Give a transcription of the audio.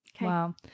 Wow